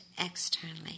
externally